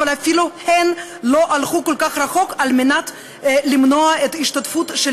אפילו הם לא הלכו כל כך רחוק על מנת למנוע את ההשתתפות של